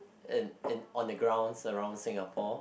in in on the ground surround Singapore